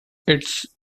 its